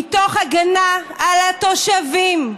מתוך הגנה על התושבים,